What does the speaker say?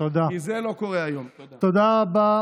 תודה.